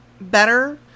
better